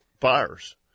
fires